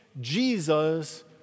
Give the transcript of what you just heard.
Jesus